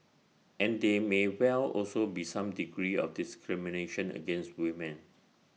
and there may well also be some degree of discrimination against women